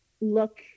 look